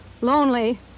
lonely